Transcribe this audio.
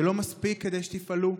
זה לא מספיק כדי שתפעלו,